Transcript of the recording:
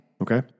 Okay